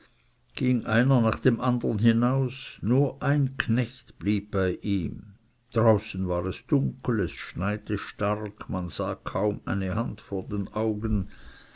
ging eins nach dem andern hinaus nur ein knecht blieb bei ihm draußen war es dunkel es schneite stark man sah kaum eine hand vor den augen